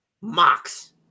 Mox